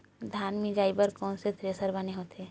धान मिंजई बर कोन से थ्रेसर बने होथे?